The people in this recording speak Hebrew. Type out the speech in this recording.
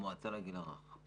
ממשרד העבודה והרווחה.